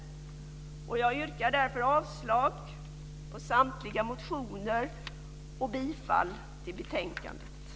Jag yrkar därför avslag på samtliga motioner och bifall till förslaget i betänkandet.